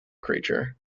creature